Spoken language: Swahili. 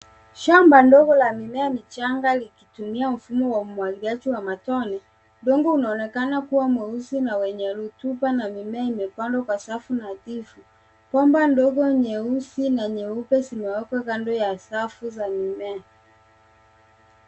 Shamba ndogo la mimea michanga likitumia mfumo wa umwagiliaji wa matone. Udongo unaonekana kuwa mweusi na wenye rutuba na mimea imepandwa kwa safu nadhifu. Bomba ndogo nyeusi na nyeupe zimewekwa kando ya safu za mimea.